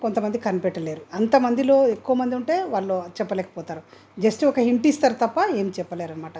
కొంత మంది కనిపెట్టలేరు అంతా మందిలో ఎక్కువ మంది ఉంటే వాళ్ళు చెప్పలేకపోతారు జస్ట్ ఒక హింట్ ఇస్తారు తప్ప ఏం చెప్పలేరన్నమాట